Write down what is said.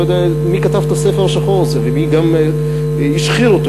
לא יודע מי כתב את "הספר השחור" ומי גם השחיר אותו,